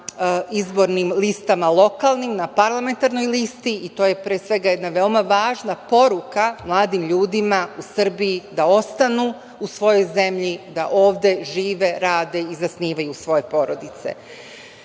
izbornim listama lokalnim, na parlamentarnoj listi i to je pre svega jedna veoma važna poruka mladim ljudima u Srbiji da ostanu u svojoj zemlji, da ovde žive, rade i zasnivaju svoje porodice. Sa